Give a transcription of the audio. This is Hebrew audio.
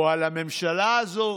או על הממשלה הזאת,